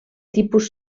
tipus